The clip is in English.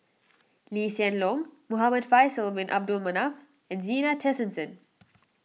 Lee Hsien Loong Muhamad Faisal Bin Abdul Manap and Zena Tessensohn